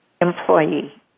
employee